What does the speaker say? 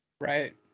Right